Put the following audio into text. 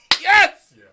Yes